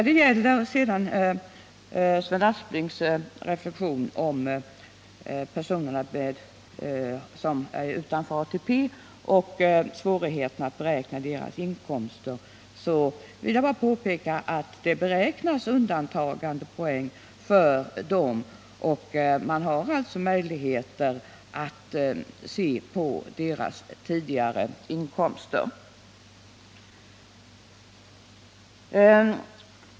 Beträffande Sven Asplings reflexion om de personer som står utanför ATP och svårigheterna att beräkna deras inkomst, vill jag bara påpeka att det beräknas undantagandepoäng för dem. Det finns alltså möjlighet att kontrollera deras tidigare inkomst.